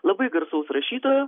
labai garsaus rašytojo